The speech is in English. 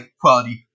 quality